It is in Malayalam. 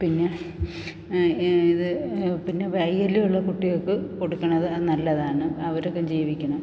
പിന്നെ ഇത് പിന്ന വൈകല്യമുള്ള കുട്ടികൾക്ക് കൊടുക്കണം അത് അത് നല്ലതാണ് അവർക്കും ജീവിക്കണം